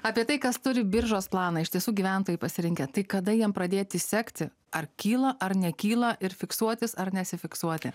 apie tai kas turi biržos planą iš tiesų gyventojai pasirinkę tai kada jiem pradėti sekti ar kyla ar nekyla ir fiksuotis ar nesifiksuoti